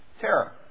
terror